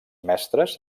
mestres